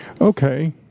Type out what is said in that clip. Okay